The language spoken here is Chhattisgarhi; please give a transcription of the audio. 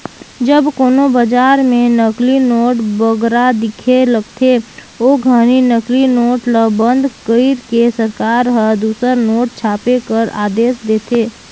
जब कोनो बजार में नकली नोट बगरा दिखे लगथे, ओ घनी नकली नोट ल बंद कइर के सरकार हर दूसर नोट छापे कर आदेस देथे